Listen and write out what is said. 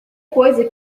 coisa